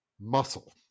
muscle